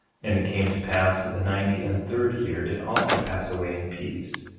and it came to pass that the ninety and third year did also pass away in peace,